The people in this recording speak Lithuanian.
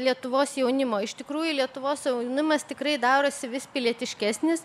lietuvos jaunimo iš tikrųjų lietuvos jaunimas tikrai darosi vis pilietiškesnis